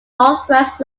northwest